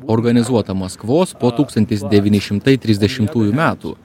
organizuotą maskvos po tūkstantis devyni šimtai trisdešimtųjų metų